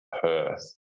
Perth